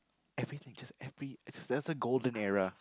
everything just every that's a golden era